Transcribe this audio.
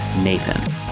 Nathan